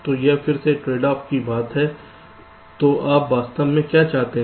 तो यह फिर से ट्रेड ऑफ की बात है तो आप वास्तव में क्या चाहते हैं